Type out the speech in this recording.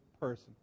person